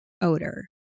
odor